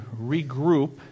regroup